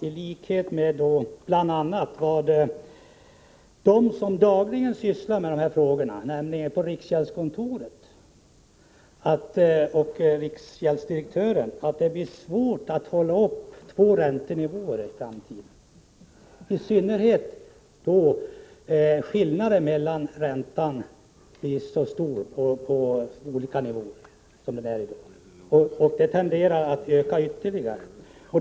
Vi konstaterar, i likhet med dem som sysslar med de här frågorna dagligen, nämligen riksgäldskontoret och riksgäldsdirektören, att det blir svårt att upprätthålla två räntenivåer i framtiden, i synnerhet då ränteskillnaden blir så stor på de olika nivåerna som den är i dag. Den skillnaden tenderar att öka ytterligare.